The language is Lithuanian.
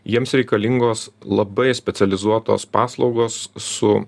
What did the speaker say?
jiems reikalingos labai specializuotos paslaugos su